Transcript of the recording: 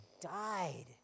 died